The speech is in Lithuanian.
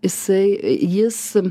jisai jis